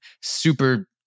super